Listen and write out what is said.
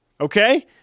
Okay